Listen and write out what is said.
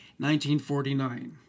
1949